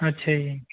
ਅੱਛਾ ਜੀ